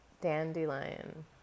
Dandelion